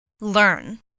learn